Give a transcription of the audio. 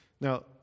Now